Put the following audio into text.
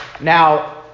Now